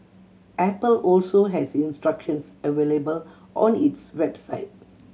apple also has instructions available on its website